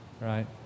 right